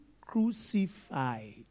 Crucified